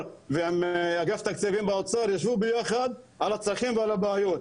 ועם אגף תקציבים באוצר ישבו ביחד על הצרכים ועל הבעיות,